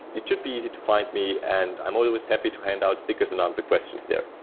it should be easy to find me and i'm always happy to hand out stickers and answer questions there.